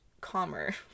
calmer